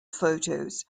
photos